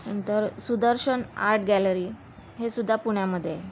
नंतर Sudarshan art gallery हे सुद्धा पुण्यामध्ये आहे